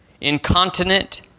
Incontinent